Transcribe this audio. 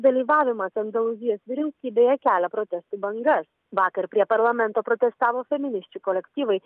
dalyvavimas andalūzijos vyriausybėje kelia protestų bangas vakar prie parlamento protestavo feminisčių kolektyvai